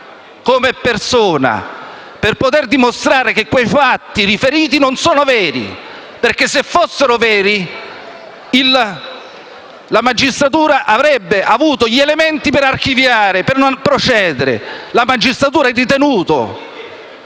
come tale e poter dimostrare che i fatti riferiti non sono veri. Se fossero veri, la magistratura avrebbe avuto gli elementi per archiviare e non procedere. La magistratura ha ritenuto